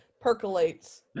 Percolates